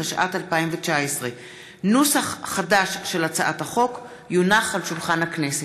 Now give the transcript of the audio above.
התשע"ט 2019. נוסח חדש של הצעת החוק יונח על שולחן הכנסת.